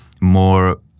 more